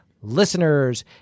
listeners